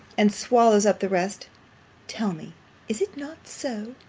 and swallows up the rest tell me is it not so